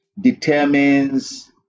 determines